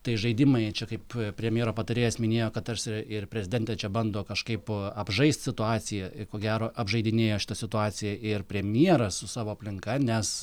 tai žaidimai čia kaip premjero patarėjas minėjo kad tarsi ir prezidentė čia bando kažkaip apžaist situaciją i ko gero apžaidinėjo šitą situaciją ir premjeras su savo aplinka nes